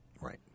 Right